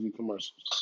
commercials